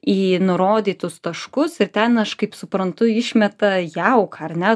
į nurodytus taškus ir ten aš kaip suprantu išmeta jauką ar ne